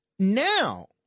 Now